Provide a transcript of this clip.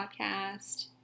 podcast